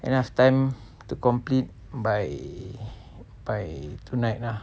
enough time to complete by by tonight lah